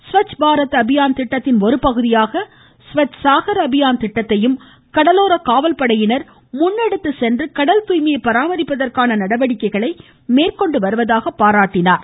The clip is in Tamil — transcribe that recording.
ஸ்வச் பாரத் அபியான் திட்டத்தின் ஒருபகுதியாக ஸ்வச் சாகர் அபியான் திட்டத்தையும் கடலோர காவல் படையினர் முன்னெடுத்துச் சென்று கடல் தூய்மையை பராமரிப்பதற்கான நடவடிக்கைகளை மேற்கொண்டு வருவதாக பாராட்டினார்